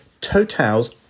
Total's